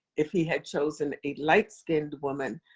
if he had chosen a light skinned woman.